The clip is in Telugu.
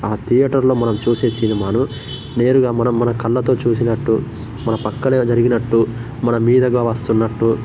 థియేటర్లో మనం చూసే సినిమాలు నేరుగా మనం మన కళ్ళతో చూసినట్టు మన పక్కనే జరిగినట్టు మన మీదగా వస్తున్నట్టు